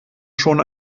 schon